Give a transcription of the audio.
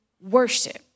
worship